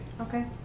Okay